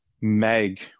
Meg